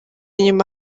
inyuma